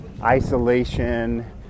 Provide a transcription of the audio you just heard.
isolation